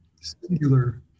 singular